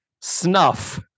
snuff